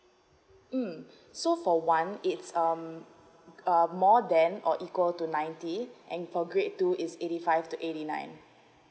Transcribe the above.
um so for grade one it's um um more than or equal to ninety and for grade two is eighty five to eighty nine